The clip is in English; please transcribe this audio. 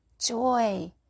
joy